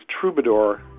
Troubadour